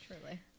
Truly